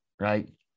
right